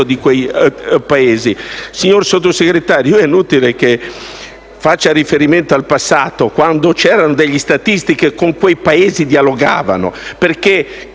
di quei Paesi. Signor Sottosegretario, è inutile che faccia riferimento al passato quando c'erano statisti che con quei Paesi dialogavano.